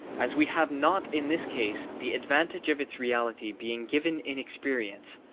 as we have not in this case the advantage of its reality being given in experience,